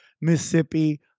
Mississippi